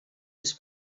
els